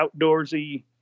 outdoorsy